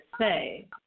say